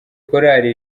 korali